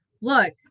look